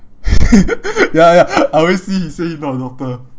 ya ya I always see he say he not a doctor